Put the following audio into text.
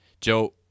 Joe